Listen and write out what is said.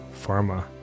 pharma